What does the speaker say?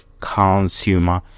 consumer